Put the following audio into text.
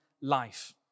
life